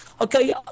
Okay